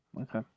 okay